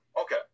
Okay